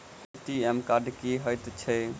ATM card की हएत छै?